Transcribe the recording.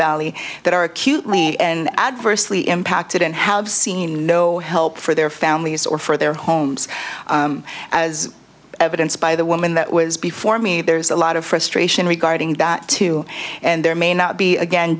valley that are acutely and adversely impacted and have seen no help for their families or for their homes as evidence by the woman that was before me there's a lot of frustration regarding that too and there may not be again